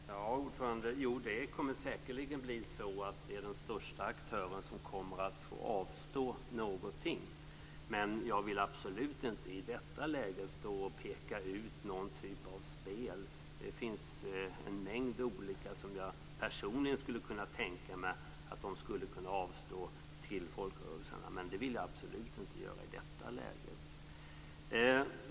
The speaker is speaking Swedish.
Fru talman! Jo, det kommer säkerligen att bli så att det är den största aktören som kommer att få avstå någonting, men jag vill absolut inte i detta läge stå och peka ut någon typ av spel. Det finns en mängd olika spel som jag personligen skulle kunna tänka mig att Svenska Spel skulle kunna avstå till folkrörelserna, men det vill jag absolut inte peka ut i detta läge.